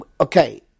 Okay